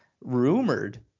rumored